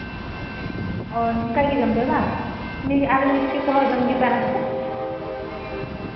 ᱚ ᱚᱱᱠᱟ ᱜᱮ ᱡᱚᱢ ᱛᱟᱦᱮᱸ ᱵᱟᱝ ᱟᱨ ᱢᱤᱥᱴᱤ ᱠᱚᱦᱚᱸᱭ ᱡᱚᱜᱮ ᱛᱟᱦᱮᱱ ᱦᱮᱥᱮ